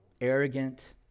arrogant